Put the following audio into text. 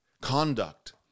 Conduct